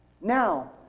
Now